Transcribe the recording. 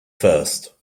first